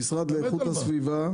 המשרד לאיכות הסביבה.